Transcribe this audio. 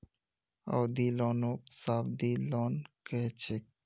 अवधि लोनक सावधि लोन कह छेक